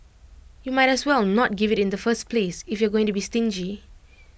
you might as well not give IT in the first place if you're going to be stingy